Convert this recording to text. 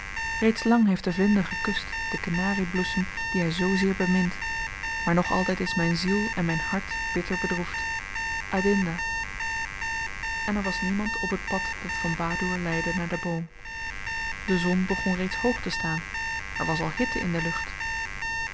reeds lang heeft de vlinder gekust den kenari bloesem die hy zoozeer bemint maar nog altyd is myn ziel en myn hart bitter bedroefd adinda en er was niemand op het pad dat van badoer leidde naar den boom de zon begon reeds hoog te staan er was al hitte in de lucht